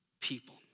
people